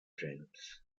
trains